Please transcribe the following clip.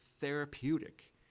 therapeutic